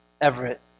Everett